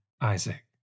Isaac